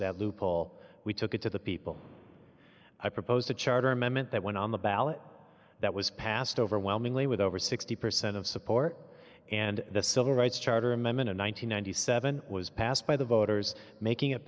that loophole we took it to the people i proposed a charter memet that went on the ballot that was passed overwhelmingly with over sixty percent of support and the civil rights charter amendment in one thousand nine hundred seven was passed by the voters making it